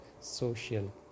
social